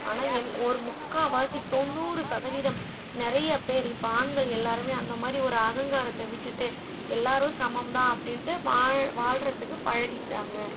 ஆனால் எல் ஒரு முக்காவாசி தொண்ணூறு சதவீதம் நிறைய பேர் இப்போ ஆண்கள் எல்லாருமே அந்த மாதிரி ஒரு அகங்காரத்தை விட்டுவிட்டு எல்லாரும் சமம் தான் அப்படின்ட்டு வாழ் வாழ்றதுக்கு பழகிக்கிட்டாங்க